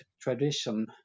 tradition